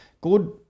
Good